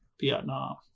Vietnam